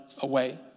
away